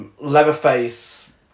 Leatherface